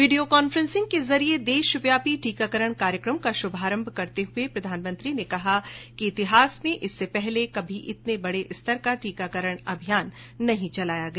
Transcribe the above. video conferencing के जरिये देशव्यापी टीकाकरण कार्यक्रम का श्भारंभ करते हुए प्रधानमंत्री ने कहा कि इतिहास में इससे पहले कभी इतने बड़े स्तर का टीकाकरण अभियान नहीं चलाया गया